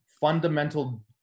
fundamental